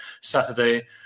Saturday